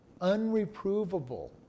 unreprovable